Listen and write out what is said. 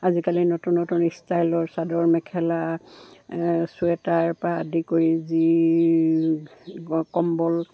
আজিকালি নতুন নতুন ষ্টাইলৰ চাদৰ মেখেলা ছুৱেটাৰ পৰা আদি কৰি যি কম্বল